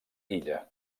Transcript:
illa